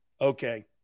okay